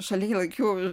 šalia ylakių